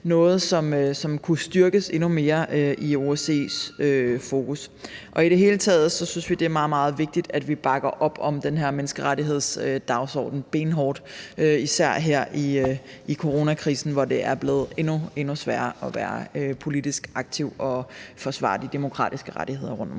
noget, som kunne styrkes endnu mere og være i OSCE's fokus. I det hele taget synes vi, det er meget, meget vigtigt, at vi benhårdt bakker op om den her menneskerettighedsdagsorden, især her under coronakrisen, hvor det er blevet endnu sværere at være politisk aktiv og forsvare de demokratiske rettigheder rundtomkring.